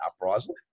uprising